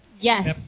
Yes